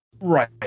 Right